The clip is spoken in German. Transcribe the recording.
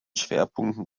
schwerpunkten